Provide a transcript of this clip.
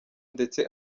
ndetse